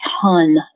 ton